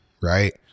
right